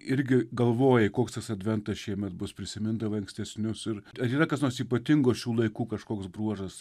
irgi galvojai koks tas adventas šiemet bus prisimindavai ankstesnius ir ar yra kas nors ypatingo šių laikų kažkoks bruožas